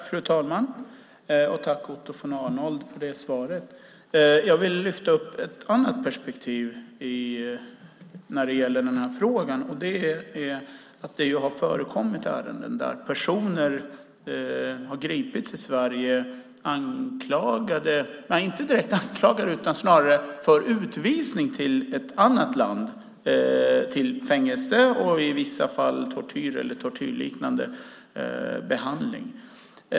Fru talman! Tack, Otto von Arnold, för svaret! Jag vill lyfta fram ett annat perspektiv i frågan, och det är att det har förekommit ärenden där personer har gripits i Sverige för utvisning till ett annat land, till fängelse och i vissa fall tortyr eller tortyrliknande behandling.